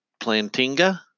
Plantinga